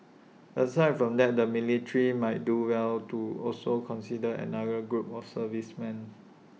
aside from that the military might do well to also consider another group of servicemen